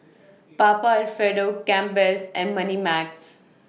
Papa Alfredo Campbell's and Moneymax